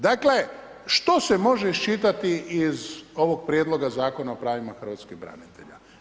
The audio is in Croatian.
Dakle, što se može iščitati iz ovog prijedloga Zakona o pravila hrvatskih branitelja.